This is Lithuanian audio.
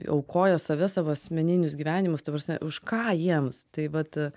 aukojo save savo asmeninius gyvenimus ta prasme už ką jiems tai vat